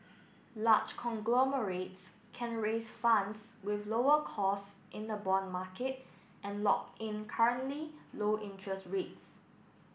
large conglomerates can raise funds with lower costs in the bond market and lock in currently low interest rates